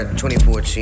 2014